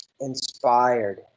inspired